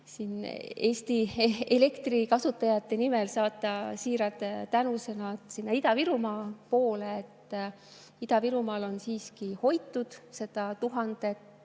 Eesti elektrikasutajate nimel saata siirad tänusõnad sinna Ida-Virumaa poole. Ida-Virumaal on siiski hoitud seda 1000